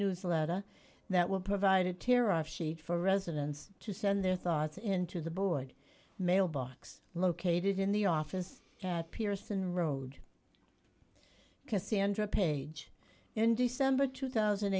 newsletter that will provide a tariff sheet for residents to send their thoughts in to the board mailbox located in the office at pearson road cassandra page in december two thousand